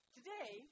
today